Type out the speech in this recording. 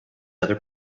other